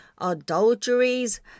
adulteries